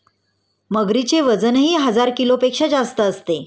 मगरीचे वजनही हजार किलोपेक्षा जास्त असते